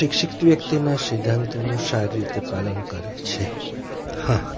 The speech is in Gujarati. શિક્ષિત વ્યક્તિના સિદ્ધાંતોનું સારી રીતે પાલન કરે છે હા